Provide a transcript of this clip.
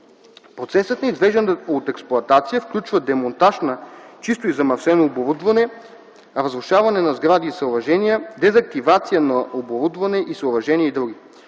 Процесът на извеждане от експлоатация включва демонтаж на чисто и замърсено оборудване, разрушаване на сгради и съоръжения, дезактивация на оборудване и съоръжения и други.